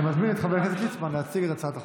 אני מזמין את חבר הכנסת ליצמן להציג את הצעת החוק,